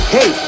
Hey